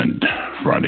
Friday